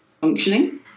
functioning